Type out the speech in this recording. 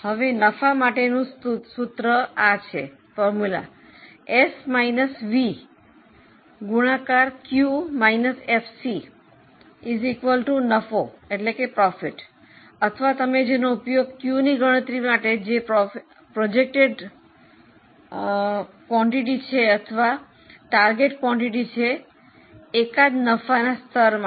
હવે નફો માટેનું સૂત્ર આ છે S માઈનસ V ગુણાકાર Q માઈનસ FC બરાબર નફો છે અથવા તમે તેનો ઉપયોગ Q ની ગણતરી જે પ્રોજેકટેડ જથ્થો અથવા લક્ષ્ય જથ્થો છે એકાદ નફોના સ્તર માટે